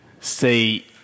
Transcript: say